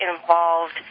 involved